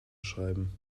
schreiben